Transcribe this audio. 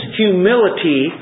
humility